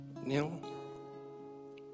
Neil